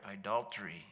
adultery